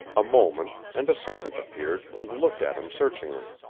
a moment, and a servant appeared and looked at him searchingly.